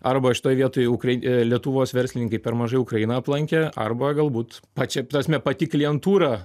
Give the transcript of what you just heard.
arba šitoj vietoj ukrain lietuvos verslininkai per mažai ukrainą aplankė arba galbūt pačia prasme pati klientūra